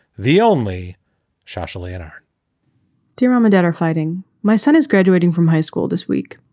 the only shash alienor dear mom and dad are fighting. my son is graduating from high school this week.